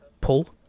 pull